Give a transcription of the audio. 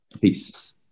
peace